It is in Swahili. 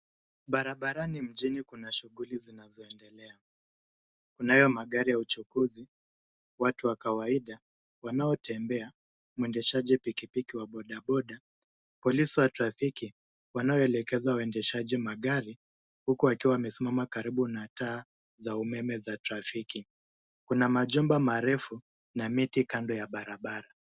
Barabarani mjini kuna shughuli zinazoendelea. Kunayo magari ya uchukuzi, watu wa kawaida wanaotembea, mwendeshaji pikipiki wa boda boda, polisi wa trafiki wanaoelekeza uendeshaji wa magari huku wakiwa wamesimama karibu na taa za umeme za trafiki. Kuna majumba marefu na miti kando ya barabara.